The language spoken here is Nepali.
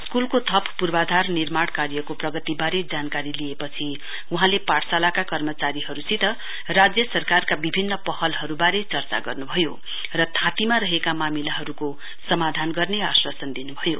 स्कूलको व्यप पूर्वाधार निर्माण कार्यको प्रगतिवारे जानकारी लिएपछि वहाँले पाठशालाका कर्मचारीहरुसित राज्य सरकार विभिन्न पहलहरुवारे चर्चा गर्न्भयो र थाँतीमा रहेको मामिलाहरुको समाधान गर्ने आश्वासन दिनुभयो